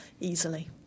easily